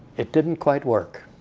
it didn't quite work.